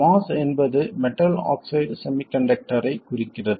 MOS என்பது metal oxide செமிகண்டக்டரைக் குறிக்கிறது